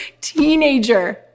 teenager